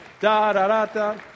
Da-da-da-da